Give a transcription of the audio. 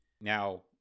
now